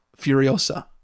Furiosa